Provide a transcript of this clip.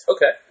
Okay